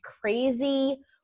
crazy